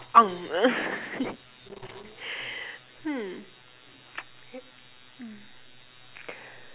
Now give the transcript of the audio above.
hmm